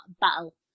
battle